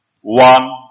one